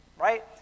Right